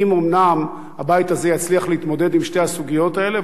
אם אומנם הבית הזה יצליח להתמודד עם שתי הסוגיות האלה,